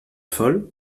folle